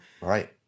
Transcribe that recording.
Right